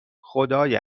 خدای